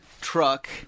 truck